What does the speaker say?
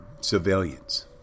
civilians